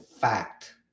fact